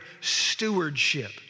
stewardship